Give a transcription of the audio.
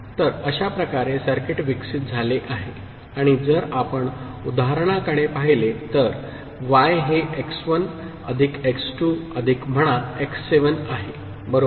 तर अशा प्रकारे सर्किट विकसित झाले आहे आणि जर आपण उदाहरणाकडे पाहिले तर y हे x1 अधिक x2 अधिक म्हणा x7 आहे बरोबर